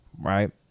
Right